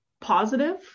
positive